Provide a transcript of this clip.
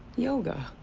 yoga. oh,